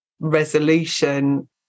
resolution